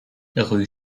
rue